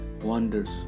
wonders